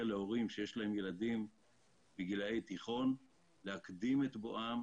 להורים שיש להם ילדים בגילאי תיכון להקדים את בואם